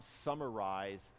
summarize